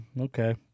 Okay